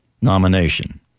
nomination